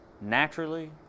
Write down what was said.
naturally